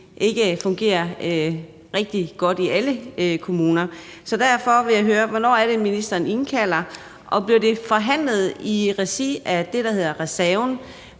ikke fungerer rigtig godt i alle kommuner. Derfor vil jeg høre: Hvornår er det, ministeren indkalder, og bliver det forhandlet i regi af det, der hedder reserven?